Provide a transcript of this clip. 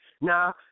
Now